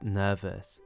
nervous